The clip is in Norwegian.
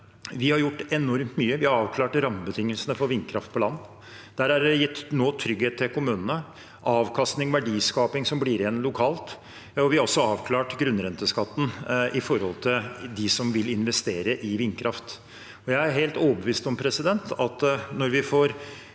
Vi har gjort enormt mye. Vi har avklart rammebetingelsene for vindkraft på land. Der er det nå gitt trygghet til kommunene om avkastning og verdiskaping som blir igjen lokalt. Vi har også avklart grunnrenteskatten for dem som vil investere i vindkraft. Jeg er helt overbevist om at når vi får